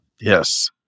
Yes